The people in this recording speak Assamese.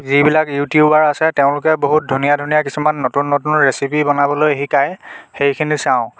যিবিলাক ইউটিউবাৰ আছে তেওঁলোকে বহুত ধুনীয়া ধুনীয়া কিছুমান নতুন নতুন ৰেচিপি বনাবলৈ শিকায় সেইখিনি চাওঁ